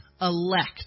elect